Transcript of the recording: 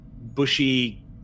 bushy